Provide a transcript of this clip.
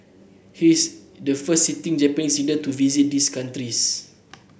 he's the first sitting Japanese leader to visit these countries